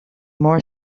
more